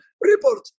report